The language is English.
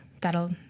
that'll